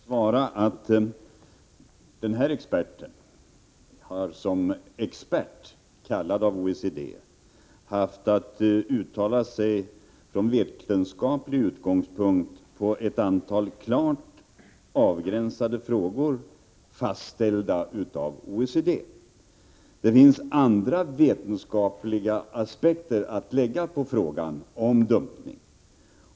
Fru talman! Låt mig svara att personen i fråga har haft att som expert, kallad av OECD, uttala sig från vetenskaplig utgångspunkt beträffande ett antal klart avgränsade frågor, fastställda av OECD. Det finns även andra vetenskapliga aspekter att lägga på frågan om dumpning.